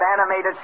animated